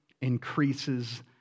increases